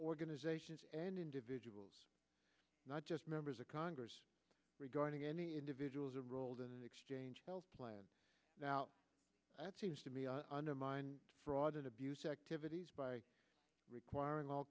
organizations and individuals not just members of congress regarding any individual's or rolled in exchange plan now that seems to me undermine fraud and abuse activities by requiring all